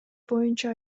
боюнча